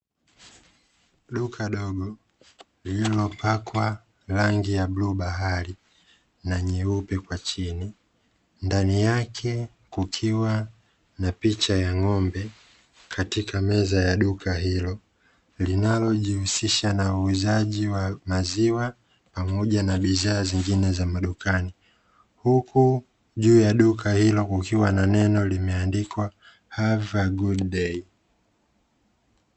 Duka dogo lililopakwa rangi ya bluu bahari na nyeupe kwa chini, ndani yake kukiwa na picha ya ng’ombe katika meza ya duka hilo linalojihusisha na uuzaji wa maziwa pamoja na bidhaa zingine za madukani, huku juu ya duka hilo kukiwa na neno limeandikwa “have a good day”.